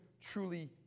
truly